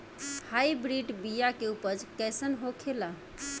Hybrid बीया के उपज कैसन होखे ला?